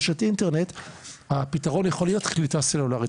קליטה סלולרית.